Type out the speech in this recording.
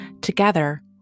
Together